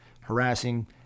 harassing